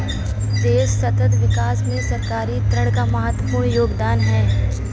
देश सतत विकास में सरकारी ऋण का महत्वपूर्ण योगदान है